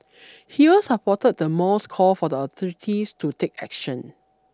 he also supported the mall's call for the authorities to take action